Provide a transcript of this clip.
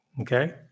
Okay